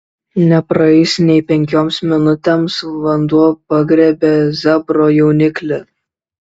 nepraėjus nė penkioms minutėms vanduo pagriebė zebro jauniklį